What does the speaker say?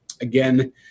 Again